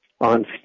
on